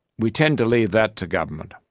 we tend to leave that to government.